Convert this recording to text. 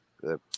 good